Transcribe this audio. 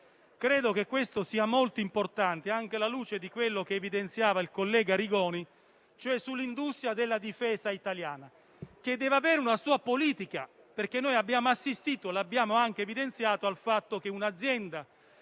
Credo che questo sia molto importante, anche la luce di quello che evidenziava il collega Arrigoni sull'industria della difesa italiana, che deve avere una sua politica. Abbiamo infatti assistito - e l'abbiamo evidenziato - al fatto che un'azienda